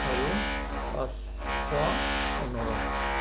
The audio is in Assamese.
আৰু পাঁচশ পোন্ধৰ